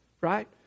right